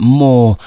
more